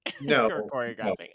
no